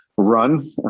run